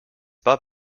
pas